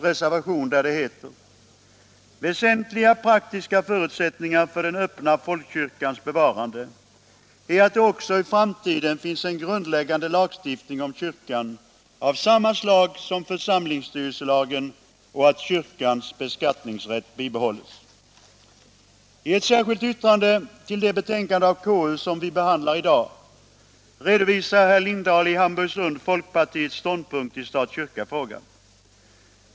”Väsentliga praktiska förutsättningar för den öppna folkkyrkans bevarande är att det även i framtiden finns en grundläggande lagstiftning om kyrkan av samma slag som församlingsstyrelselagen och att kyrkans beskattningsrätt bibehålls.” I ett särskilt yttrande till det betänkande som vi i dag behandlar redogör herr Lindahl i Hamburgsund för folkpartiets ståndpunkt i stat-kyrkafrågan.